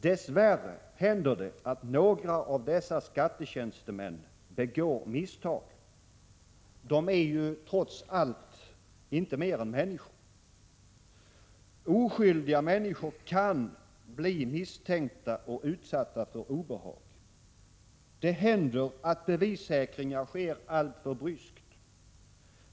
Dess värre händer det, att några av dessa begår misstag. De är ju trots allt inte mer än människor. Oskyldiga människor kan bli misstänkta och utsatta för obehag. Det händer att bevissäkringar sker alltför bryskt.